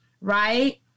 right